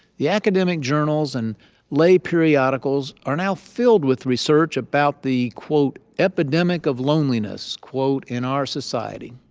the academic journals and lay periodicals are now filled with research about the, quote, epidemic of loneliness, quote, in our society.